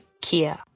Kia